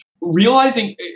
realizing